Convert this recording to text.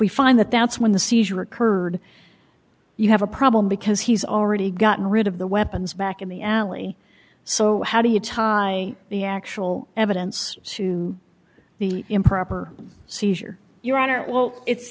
we find that that's when the seizure occurred you have a problem because he's already gotten rid of the weapons back in the alley so how do you tie the actual evidence to the improper seizure your honor well it's